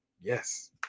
Yes